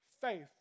faith